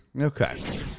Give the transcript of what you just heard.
Okay